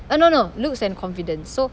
uh no no looks and confidence so